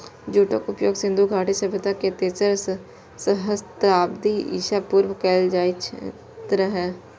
जूटक उपयोग सिंधु घाटी सभ्यता मे तेसर सहस्त्राब्दी ईसा पूर्व कैल जाइत रहै